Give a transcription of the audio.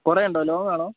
കുറേ ഉണ്ടോ ലോങ്ങാണോ